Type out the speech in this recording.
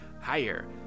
higher